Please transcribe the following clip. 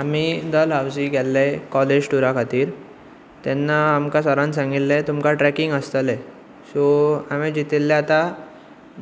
आमी दलहाउजी गेल्ले कॉलेज टुरा खातीर तेन्नां आमकां सरान सांगिल्लें तुमकां ट्रॅकींग आसतलें सो आमी चितिल्लें आतां